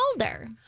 older